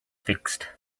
fixed